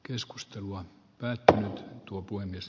keskustelu on päättänyt luopui myös